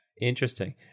Interesting